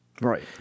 Right